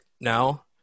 now